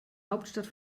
hauptstadt